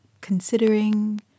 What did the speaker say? considering